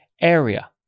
area